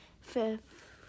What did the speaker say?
fifth